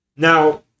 Now